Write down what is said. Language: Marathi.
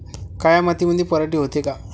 काळ्या मातीमंदी पराटी होते का?